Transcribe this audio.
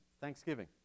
Thanksgiving